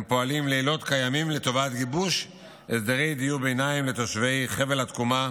הם פועלים לילות כימים לטובת גיבוש הסדרי דיור ביניים לתושבי חבל התקומה